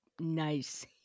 nice